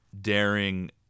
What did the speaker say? daring